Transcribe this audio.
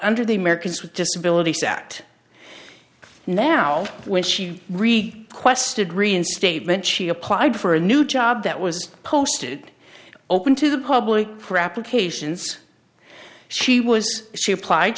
under the americans with disabilities act now when she read quested reinstatement she applied for a new job that was posted open to the public for applications she was she applied